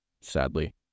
sadly